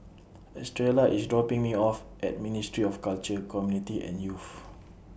Estrella IS dropping Me off At Ministry of Culture Community and Youth